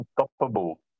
unstoppable